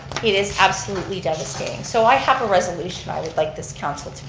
it is absolutely devastating. so i have a resolution i would like this council